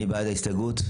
מי בעד קבלת ההסתייגות?